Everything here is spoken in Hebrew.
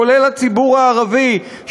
כולל הציבור הערבי,